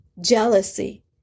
jealousy